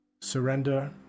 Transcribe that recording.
Surrender